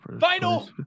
Final